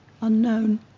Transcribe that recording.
unknown